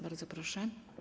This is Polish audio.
Bardzo proszę.